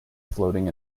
floating